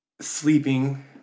sleeping